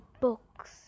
books